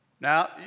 Now